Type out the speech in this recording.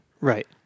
Right